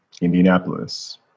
Indianapolis